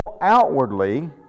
outwardly